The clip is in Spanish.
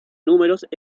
números